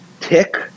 tick